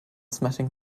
smashing